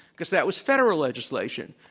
because that was federal legislation.